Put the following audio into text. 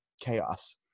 chaos